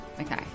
Okay